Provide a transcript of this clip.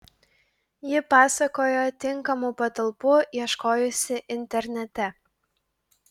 ji pasakojo tinkamų patalpų ieškojusi internete